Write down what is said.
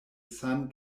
san